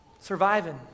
Surviving